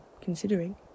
considering